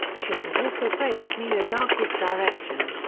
turan also praised miyazaki's direction.